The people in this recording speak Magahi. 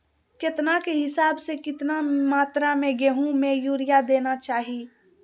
केतना के हिसाब से, कितना मात्रा में गेहूं में यूरिया देना चाही?